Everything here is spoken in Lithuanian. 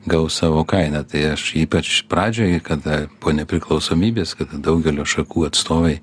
gaus savo kainą tai aš ypač pradžioj kada po nepriklausomybės kada daugelio šakų atstovai